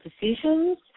decisions